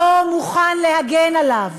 לא מוכן להגן עליו.